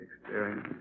experience